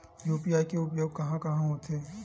UPI के उपयोग कहां कहा होथे?